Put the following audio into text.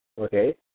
okay